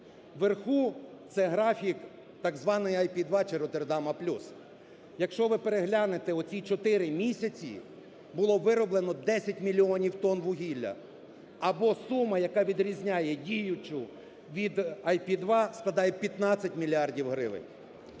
Уверху – це графік так званої IP2 чи "Роттердама плюс". Якщо ви переглянете оці чотири місяці, було вироблено 10 мільйонів тонн вугілля, або сума, яка відрізняє діючу від IP2, складає 15 мільярдів гривень.